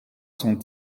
cent